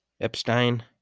Epstein